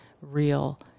real